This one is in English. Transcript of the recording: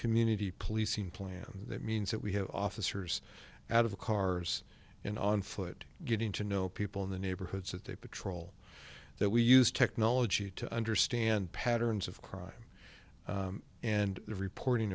community policing plan that means that we have officers out of the cars and on foot getting to know people in the neighborhoods that they patrol that we use technology to understand patterns of crime and the reporting